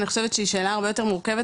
אני חושבת שהיא שאלה הרבה יותר מורכבת